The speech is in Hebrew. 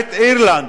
למעט אירלנד,